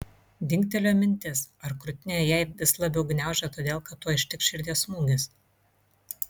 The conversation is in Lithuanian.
dingtelėjo mintis ar krūtinę jai vis labiau gniaužia todėl kad tuoj ištiks širdies smūgis